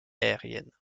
aériennes